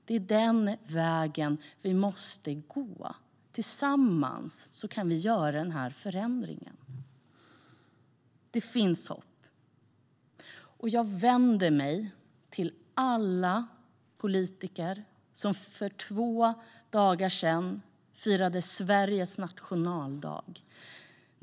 Det är den vägen vi måste gå. Tillsammans kan vi göra denna förändring. Det finns hopp. Jag vänder mig till alla politiker som för två dagar sedan firade Sveriges nationaldag.